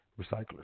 Recyclers